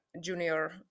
junior